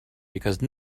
because